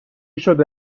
شده